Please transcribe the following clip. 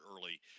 early